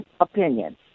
opinion